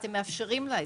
היא